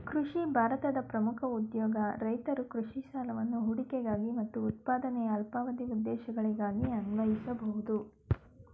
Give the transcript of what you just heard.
ಕೃಷಿ ಭಾರತದ ಪ್ರಮುಖ ಉದ್ಯೋಗ ರೈತರು ಕೃಷಿ ಸಾಲವನ್ನು ಹೂಡಿಕೆಗಾಗಿ ಮತ್ತು ಉತ್ಪಾದನೆಯ ಅಲ್ಪಾವಧಿ ಉದ್ದೇಶಗಳಿಗಾಗಿ ಅನ್ವಯಿಸ್ಬೋದು